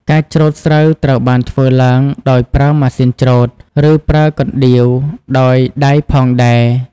ការច្រូតស្រូវត្រូវបានធ្វើឡើងដោយប្រើម៉ាស៊ីនច្រូត ឬប្រើកណ្តៀវដោយដៃផងដែរ។